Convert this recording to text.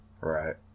right